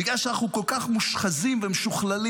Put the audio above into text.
בגלל שאנחנו כל כך מושחזים ומשוכללים,